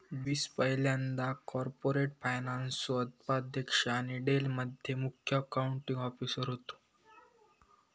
Davis पयल्यांदा corporate फायनान्सचो उपाध्यक्ष आणि डेल मध्ये मुख्य अकाउंटींग ऑफिसर होते